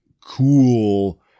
cool